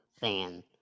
fan